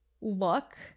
look